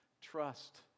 Trust